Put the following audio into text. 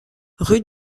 rue